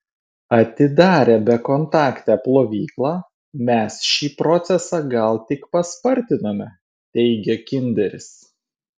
atidarę bekontaktę plovyklą mes šį procesą gal tik paspartinome teigia kinderis